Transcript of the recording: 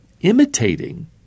imitating